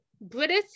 British